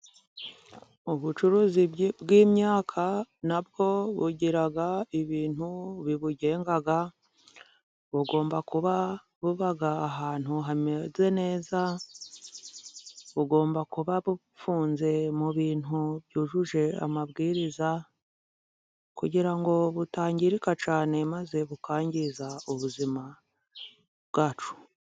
Ubucuruzi bw'imyaka， na bwo bugira ibintu bibugenga， bugomba kuba， buba ahantu hameze neza， bugomba kuba bufunze mu bintu byujuje amabwiriza，kugira ngo butangirika cyane， maze bukangiza ubuzima bwacu.